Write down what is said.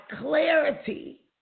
clarity